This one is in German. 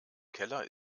keller